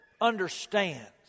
understands